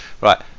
right